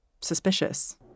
suspicious